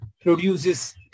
produces